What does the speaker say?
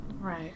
Right